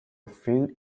fruit